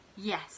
Yes